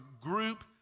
group